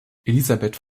elisabeth